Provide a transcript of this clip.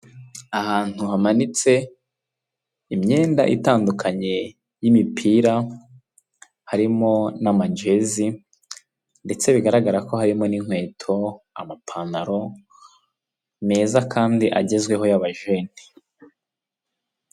Aha ngaha hari umugabo wambaye ishati y'umweru irimo imirongo y'umukara ndetse na karuvati y'umutuku wijimye, afite indangururamajwi, ni umugabo wamenyekanye mu gihe cy'amatora ubwo yiyamamarizaga ku mwanya w'umukuru w'igihugu, hirya ye hari ikinyabiziga bibiri, hari kimwe cy'umukara n'ikindi cyumweru, inyuma ye kandi hari umuntu wambaye ishati y'umweru ndetse n'isengeri y'umukara.